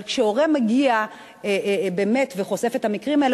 אבל כשהורה מגיע וחושף את המקרים האלה,